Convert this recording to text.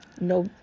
No